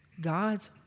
God's